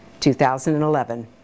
2011